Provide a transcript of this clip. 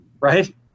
right